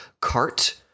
cart